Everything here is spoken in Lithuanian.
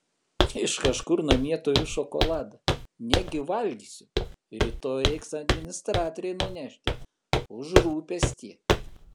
iš kažkur namie turiu šokoladą negi valgysiu rytoj reiks administratorei nunešti už rūpestį